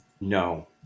No